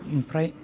ओमफ्राय